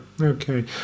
okay